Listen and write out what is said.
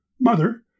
Mother